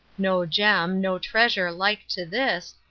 no gem, no treasure like to this,